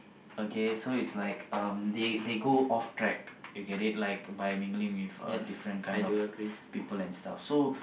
okay so it's like um they they go off track you get it like by mingling with uh different kind of people and stuff so